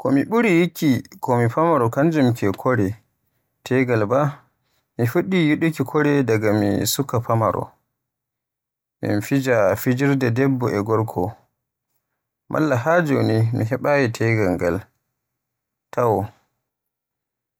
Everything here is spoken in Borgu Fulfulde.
Ko mi ɓuri yiɗuuki ko mi famaaro kanjim ke kore, tegal ba. Mi fuɗɗi yiɗuuki kore daga mi famaaro, min fija fijirde debbo e gorko, malla haa joni mi heɓaayi tegal ngal taawo,